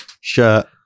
shirt